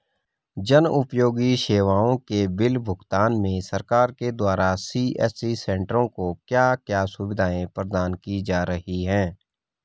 जन उपयोगी सेवाओं के बिल भुगतान में सरकार के द्वारा सी.एस.सी सेंट्रो को क्या क्या सुविधाएं प्रदान की जा रही हैं?